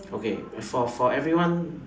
okay for for everyone